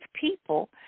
people